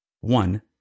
One